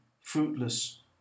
fruitless